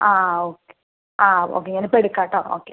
ആ ആ ഓക്കെ ആ ഓക്കെ ഞാനിപ്പോൾ എടുക്കം കേട്ടോ ഓക്കെ